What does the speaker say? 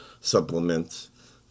supplements